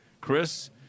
Chris